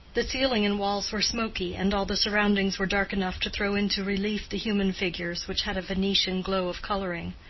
the ceiling and walls were smoky, and all the surroundings were dark enough to throw into relief the human figures, which had a venetian glow of coloring.